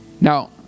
now